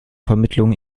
vermittlung